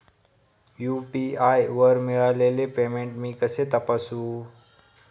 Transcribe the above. UPI वर मिळालेले payment मी कसे तपासू?